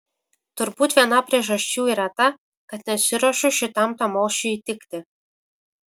turbūt viena priežasčių yra ta kad nesiruošiu šitam tamošiui įtikti